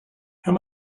how